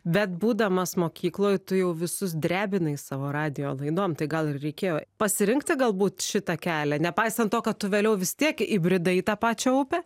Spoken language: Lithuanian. bet būdamas mokykloj tu jau visus drebinai savo radijo laidom tai gal reikėjo pasirinkti galbūt šitą kelią nepaisant to kad tu vėliau vis tiek įbridai į tą pačią upę